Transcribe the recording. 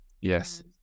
yes